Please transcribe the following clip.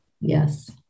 Yes